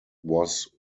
was